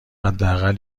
حداقل